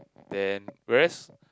then various